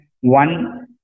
one